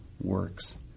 works